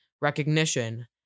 recognition